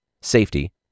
safety